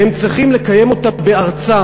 שהם צריכים לקיים אותה בארצם,